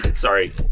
sorry